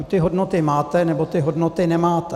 Buď ty hodnoty máte, nebo ty hodnoty nemáte.